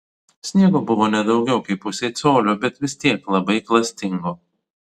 sniego buvo ne daugiau kaip pusė colio bet vis tiek labai klastingo